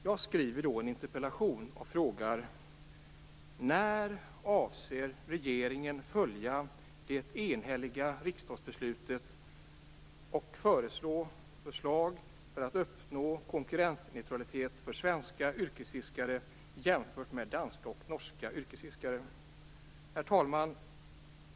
Jag skriver då en interpellation och frågar: När avser regeringen följa det enhälliga riksdagsbeslutet och föreslå ett skatteavdrag för att uppnå konkurrensneutralitet för svenska yrkesfiskare jämfört med danska och norska yrkesfiskare? Herr talman!